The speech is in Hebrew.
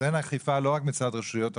אז אין אכיפה לא רק מצד רשויות החוק,